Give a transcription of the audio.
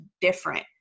different